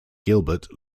gilbert